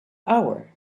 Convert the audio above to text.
hour